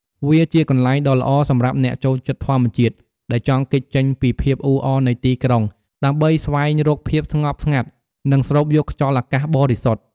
វាជាកន្លែងដ៏ល្អសម្រាប់អ្នកចូលចិត្តធម្មជាតិ ដែលចង់គេចចេញពីភាពអ៊ូអរនៃទីក្រុង ដើម្បីស្វែងរកភាពស្ងប់ស្ងាត់ និងស្រូបយកខ្យល់អាកាសបរិសុទ្ធ។